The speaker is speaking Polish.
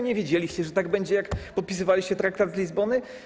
Nie wiedzieliście, że tak będzie, jak podpisywaliście traktat z Lizbony?